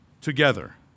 together